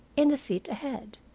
in the seat ahead.